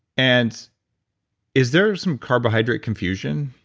and is there some carbohydrate confusion?